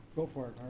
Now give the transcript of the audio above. go for it,